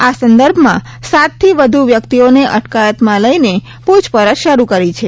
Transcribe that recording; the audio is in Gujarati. આ સંદર્ભમાં સાતથી વધુ વ્યક્તિઓને અટકાયતમાં લઈને પૂછપરછ શરૂ કરી છે